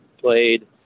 played